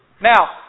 Now